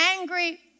angry